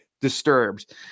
disturbed